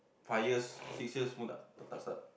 five years six years semua tak tak start